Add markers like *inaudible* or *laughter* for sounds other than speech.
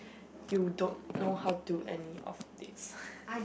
you don't know how to any of this *breath*